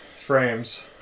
frames